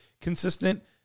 consistent